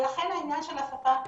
ולכן העניין של השפה,